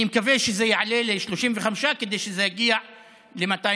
אני מקווה שזה יעלה ל-35 כדי שזה יגיע ל-210.